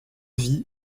vie